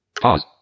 Pause